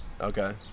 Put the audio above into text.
Okay